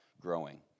growing